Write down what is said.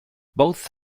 both